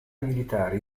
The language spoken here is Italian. militari